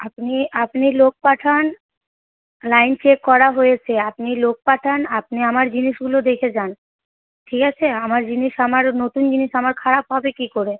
আপনি আপনি লোক পাঠান লাইন চেক করা হয়েছে আপনি লোক পাঠান আপনি আমার জিনিসগুলো দেখে যান ঠিক আছে আমার জিনিস আমার নতুন জিনিস আমার খারাপ হবে কি করে